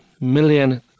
million